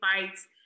fights